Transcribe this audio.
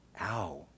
Ow